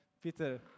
Peter